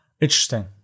Interesting